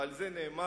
ועל זה נאמר: